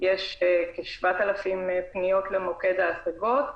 יש כ-7,000 פניות למוקד ההשגות.